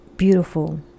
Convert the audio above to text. Beautiful